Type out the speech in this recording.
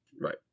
Right